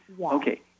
Okay